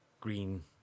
green